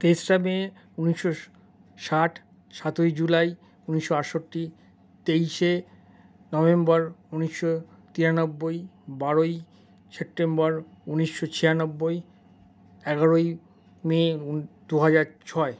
তেসরা মে ঊনিশশো ষাট সাতই জুলাই ঊনিশশো আটষট্টি তেইশে নভেম্বর ঊনিশশো তিরানব্বই বারোই সেপ্টেম্বর ঊনিশশো ছিয়ানব্বই এগারোই মে দু হাজার ছয়